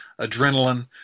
adrenaline